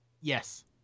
Yes